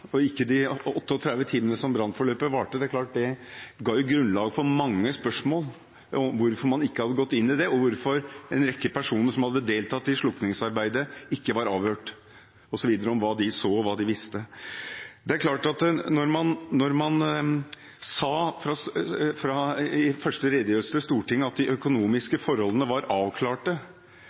og ikke de 38 timene brannen varte. Det ga grunnlag for mange spørsmål om hvorfor man ikke gikk inn i det, og hvorfor en rekke personer som hadde deltatt i slukningsarbeidet, ikke ble avhørt om hva de så, og hva de visste. Når man i den første redegjørelsen til Stortinget sa at de økonomiske forholdene var avklart, og senere, da saken kom opp i Stortinget, sa om de økonomiske forholdene